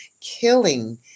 killing